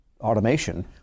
automation